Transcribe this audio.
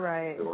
Right